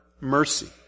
mercy